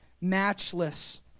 matchless